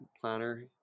planner